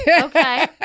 Okay